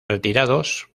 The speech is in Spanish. retirados